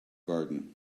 garden